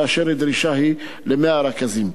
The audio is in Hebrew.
כאשר הדרישה היא ל-100 רכזים.